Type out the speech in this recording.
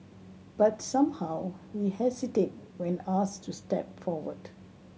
but somehow we hesitate when asked to step forward